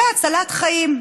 זו הצלת חיים.